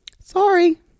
Sorry